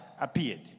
appeared